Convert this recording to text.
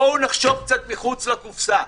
בואו נחשוב קצת מחוץ לקופסא.